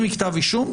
מכתב אישום?